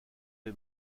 les